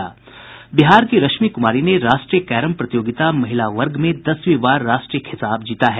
बिहार की रश्मि कुमारी ने राष्ट्रीय कैरम प्रतियोगिता महिला वर्ग में दसवीं बार राष्ट्रीय खिताब जीता है